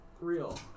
real